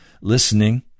listening